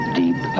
deep